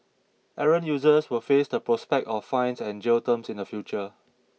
errant users will face the prospect of fines and jail terms in the future